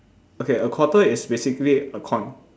okay a quarter is basically a coin